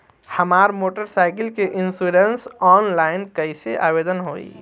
हमार motor cycle के insurance online कईसे आवेदन होई?